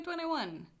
2021